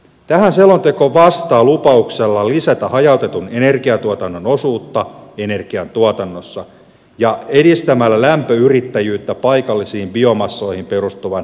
tähän selonteko vastaa lupauksella lisätä hajautetun energiantuotannon osuutta energiantuotannossa ja edistämällä lämpöyrittäjyyttä paikallisiin biomassoihin perustuvan energiantuotannon lisäämiseksi